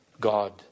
god